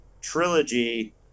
trilogy